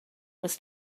was